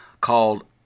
called